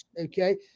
Okay